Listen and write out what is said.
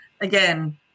again